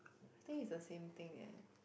I think it's the same thing eh